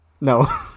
No